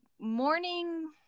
morning